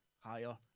higher